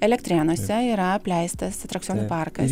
elektrėnuose yra apleistas atrakcionų parkas